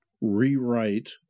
rewrite